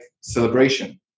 celebration